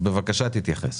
בבקשה תתייחס.